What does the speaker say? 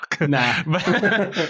nah